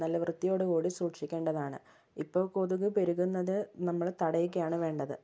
നല്ല വൃത്തിയോടുകൂടി സൂക്ഷിക്കേണ്ടതാണ് ഇപ്പോൾ കൊതുക് പെരുകുന്നത് നമ്മള് തടയുകയാണ് വേണ്ടത്